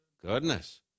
Goodness